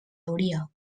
hauria